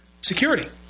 security